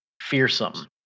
fearsome